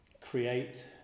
create